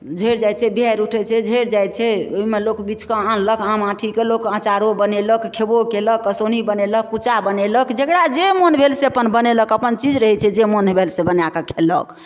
झरि जाइ छै बिहारि उठै छै झरि जाइ छै ओइमे लोक बीछकऽ आनलक आम आण्ठिके लोक अचारो बनेलक खेबो कयलक कसौनी बनेलक कुच्चा बनेलक जकरा जे मोन भेल से अपन बनेलक अपन चीज रहै छै जे मोन भेल से बना कऽ खेलक